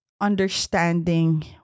understanding